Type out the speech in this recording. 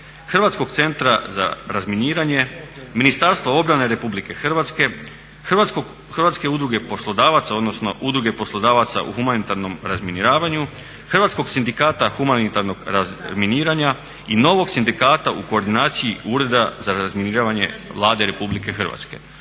Hrvatskog centra za razminiranje, Ministarstva obrane RH, HUP-a, odnosno Udruge poslodavaca u humanitarnom razminiravanju, Hrvatskog sindikata humanitarnog razminiranja i novog sindikata u koordinaciji Ureda za razminiravanje Vlade RH.